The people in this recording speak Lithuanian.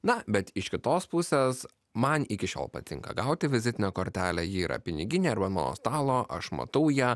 na bet iš kitos pusės man iki šiol patinka gauti vizitinę kortelę ji yra piniginėj arba ant mano stalo aš matau ją